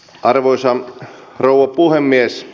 arvoisa rouva puhemies